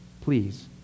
Please